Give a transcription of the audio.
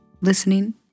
listening